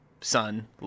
son